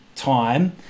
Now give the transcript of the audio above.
time